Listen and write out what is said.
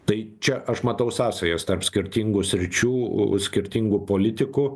tai čia aš matau sąsajas tarp skirtingų sričių skirtingų politikų